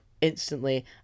instantly